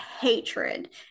hatred